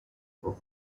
for